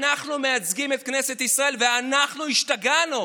אנחנו מייצגים את כנסת ישראל ואנחנו השתגענו.